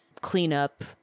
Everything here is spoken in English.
cleanup